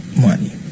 money